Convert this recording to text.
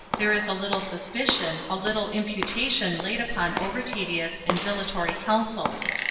there is a little suspicion, a little imputation laid upon over-tedious and dilatory counsels.